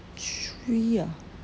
three ah